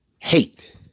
Hate